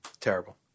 Terrible